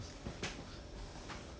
no wonder you change it right